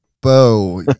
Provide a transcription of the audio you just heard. Bo